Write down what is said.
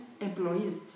employees